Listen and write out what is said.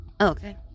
okay